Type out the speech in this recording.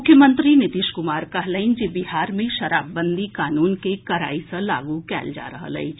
मुख्यमंत्री नीतीश कुमार कहलनि जे बिहार मे शराबबंदी कानून के कड़ाई सँ लागू कयल जा रहल अछि